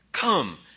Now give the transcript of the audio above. come